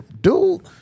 dude